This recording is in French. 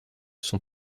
sont